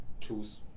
choose